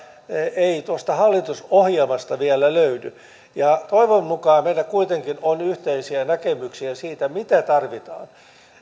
ei tuosta hallitusohjelmasta vielä löydy toivon mukaan meillä kuitenkin on yhteisiä näkemyksiä siitä mitä tarvitaan